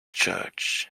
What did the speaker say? church